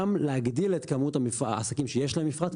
גם להגדיל את כמות העסקים שיש להם מפרט,